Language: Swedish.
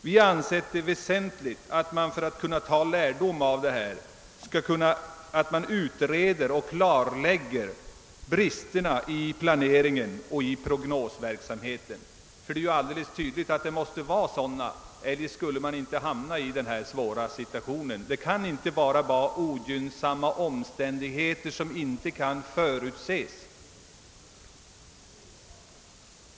Vi har sett det som väsentligt att man, för att kunna ta lärdom av situationen, utreder och klarlägger bristerna i planeringen och i prognosverksamheten. Det är ju alldeles tydligt att sådana måste föreligga; eljest skulle man inte ha hamnat i denna svåra bristsituation. Det kan inte bara vara fråga om ogynnsamma omständigheter som inte kunnat förutses.